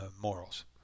morals